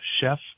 chef